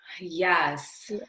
Yes